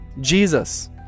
Jesus